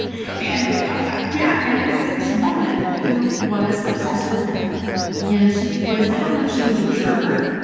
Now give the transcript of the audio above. really? i didn't know that. yeah and it was this woman who was obsessed with him and she was. i don't know if she was a juror